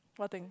what thing